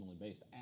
based